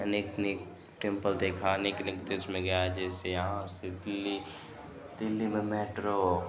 अनेक अनेक टेंपल देखा अनेक अनेक देश में गया है जैसे यहाँ से दिल्ली दिल्ली में मैट्रो